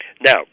Now